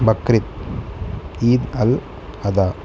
బక్రీద్ ఈద్ అల్ అదా